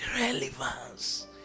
relevance